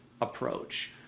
approach